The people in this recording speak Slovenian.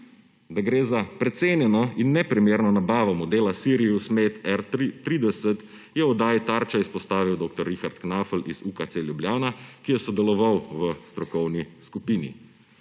Da gre za precenjeno in neprimerno nabavo modela Siriusmed R30, je v oddaji Tarča izpostavil dr. Rihard Knafelj iz UKC Ljubljana, ki je sodeloval v strokovni skupini.